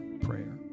prayer